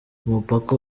umupaka